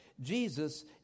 Jesus